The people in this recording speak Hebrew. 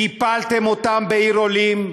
קיפלתם אותם בעיר עולים,